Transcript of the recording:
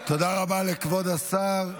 תודה לכבוד השר.